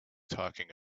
talking